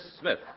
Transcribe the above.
Smith